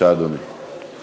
על